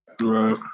Right